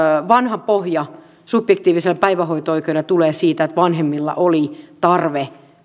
vanha pohja subjektiiviselle päivähoito oikeudellehan tulee siitä että vanhemmilla oli tarve